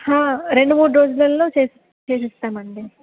రెండు మూడు రోజులల్లో చేసి ఇస్తామండి